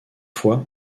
fois